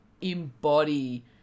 embody